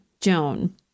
Joan